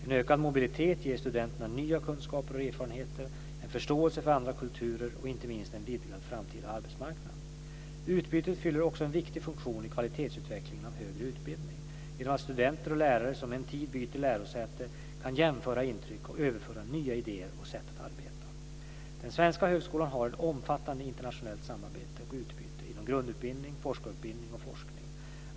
En ökad mobilitet ger studenterna nya kunskaper och erfarenheter, en förståelse för andra kulturer och inte minst en vidgad framtida arbetsmarknad. Utbytet fyller också en viktig funktion i kvalitetsutvecklingen av högre utbildning genom att studenter och lärare som en tid byter lärosäte kan jämföra intryck och överföra nya idéer och sätt att arbeta. Den svenska högskolan har ett omfattande internationellt samarbete och utbyte inom grundutbildning, forskarutbildning och forskning.